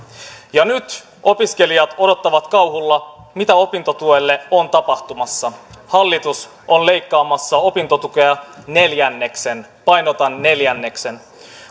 ja nyt opiskelijat odottavat kauhulla mitä opintotuelle on tapahtumassa hallitus on leikkaamassa opintotukea neljänneksen painotan neljänneksen